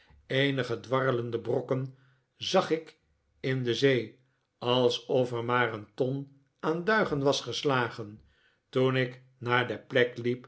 eenige dwarrelende brokken zag ik in de zee alsof er maar een ton aan duigen was geslagen toen ik naar de plek